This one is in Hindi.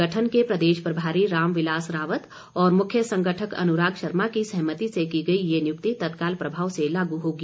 संगठन के प्रदेश प्रभारी राम विलास रावत और मुख्य संगठक अनुराग शर्मा की सहमति से की गई ये नियुक्ति तत्काल प्रभाव से लागू होगी